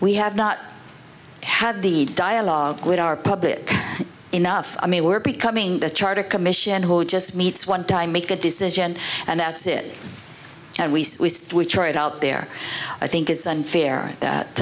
we have not had the dialogue with our public enough i mean we're becoming the charter commission who just meets one time make a decision and that's it and we try it out there i think it's unfair